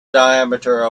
diameter